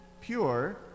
pure